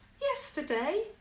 Yesterday